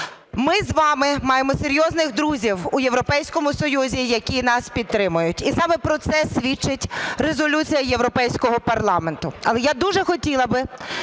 Ми з вами маємо серйозних друзів у Європейському Союзі, які нас підтримують, і саме про це свідчить резолюція Європейського парламенту.